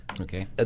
Okay